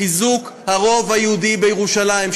חיזוק הרוב היהודי בירושלים,